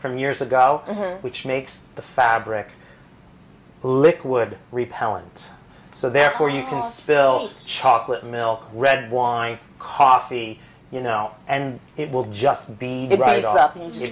from years ago which makes the fabric liquid repellant so therefore you can spill chocolate milk red wine coffee you know and it will just be right up and